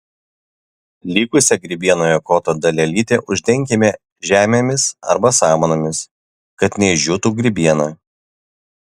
likusią grybienoje koto dalelytę uždenkime žemėmis arba samanomis kad neišdžiūtų grybiena